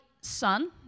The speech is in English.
son